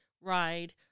ride